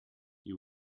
you